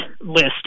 list